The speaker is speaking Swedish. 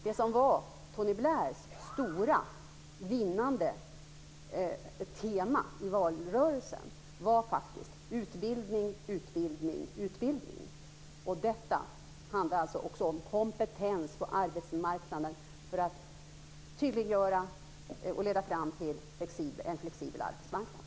Det som var Tony Blairs stora vinnande tema i valrörelsen var faktiskt utbildning, utbildning, utbildning. Detta handlar också om kompetens på arbetsmarknaden för att leda fram till en flexibel arbetsmarknad.